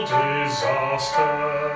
disaster